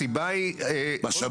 הסיבה היא --- משאבים?